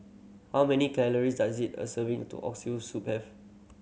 how many calories does it a serving to Oxtail Soup have